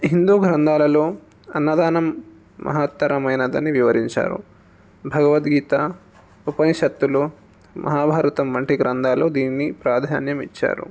హిందూ గ్రంథాలలో అన్నదానం మహత్తరమైనదని వివరించారు భగవద్గీత ఉపనిషత్తులు మహాభారతం వంటి గ్రంధాలలో దీనికి ప్రాధాన్యం ఇచ్చారు